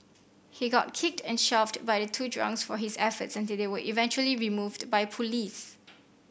he got kicked and shoved by the two drunks for his efforts until they were eventually removed by police